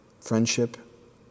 friendship